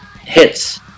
hits